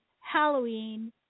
Halloween